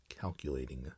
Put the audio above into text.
calculating